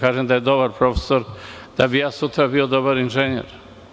Kažem da je dobar profesor, da bi ja sutra bio dobar inženjer.